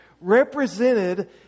represented